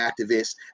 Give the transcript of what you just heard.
activists